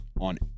On